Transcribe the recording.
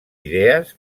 idees